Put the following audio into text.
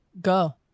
Go